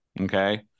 Okay